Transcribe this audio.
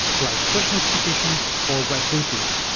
like push notifications or web bluetooth.